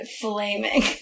flaming